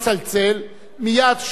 מייד כשהוא מסיים את דבריו,